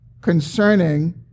concerning